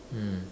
mm